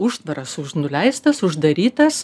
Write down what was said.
užtvaras už nuleistas uždarytas